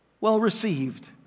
well-received